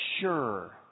sure